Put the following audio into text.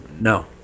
No